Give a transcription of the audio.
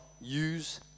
use